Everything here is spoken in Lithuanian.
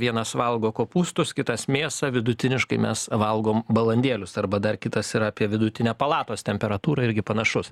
vienas valgo kopūstus kitas mėsą vidutiniškai mes valgom balandėlius arba dar kitas yra apie vidutinę palatos temperatūrą irgi panašus